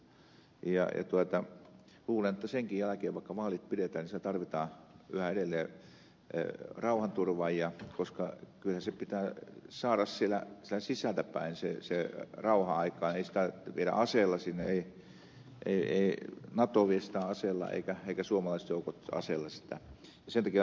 luulen että senkin jälkeen vaikka vaalit pidetään siellä tarvitaan yhä edelleen rauhanturvaajia koska kyllähän siellä pitää sisältäpäin saada se rauha aikaan ei sitä viedä sinne aseilla ei nato vie sitä aseilla eikä suomalaiset joukot aseilla sitä vie